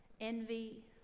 envy